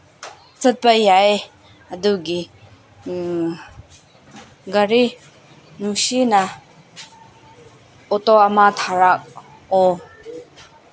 ꯆꯠꯄ ꯌꯥꯏ ꯑꯗꯨꯒꯤ ꯒꯥꯔꯤ ꯅꯨꯡꯁꯤꯅ ꯑꯣꯇꯣ ꯑꯃ ꯊꯥꯔꯛꯑꯣ